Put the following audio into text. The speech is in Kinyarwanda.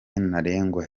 ntarengwa